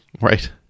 right